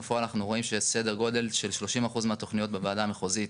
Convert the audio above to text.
בפועל אנחנו רואים שסדר גודל של 30% מהתוכניות בוועדה המחוזית